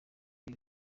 iri